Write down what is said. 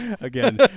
again